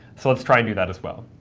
so let's try and do that as well.